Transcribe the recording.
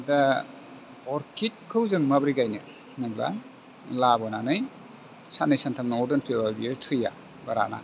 दा अरखिदखौ जों माबोरै गायनो होनोब्ला लाबोनानै साननै सानथाम न'आव दोनफैब्लाबो बेयो थैया एबा राना